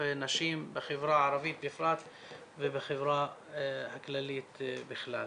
נשים בחברה הערבית בפרט ובחברה הכללית בכלל.